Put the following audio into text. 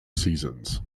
seasons